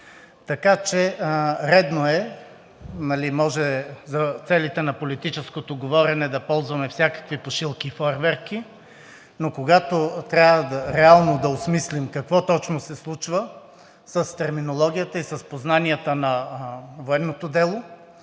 Така че редно е и може за целите на политическото говорене да ползваме всякакви пушилки и фойерверки, но когато трябва реално да осмислим какво точно се случва с терминологията и с познанията на военното дело,